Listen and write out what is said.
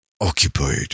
occupied